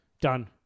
Done